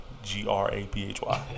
G-R-A-P-H-Y